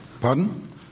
Pardon